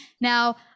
now